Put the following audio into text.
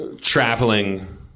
traveling